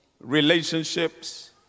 relationships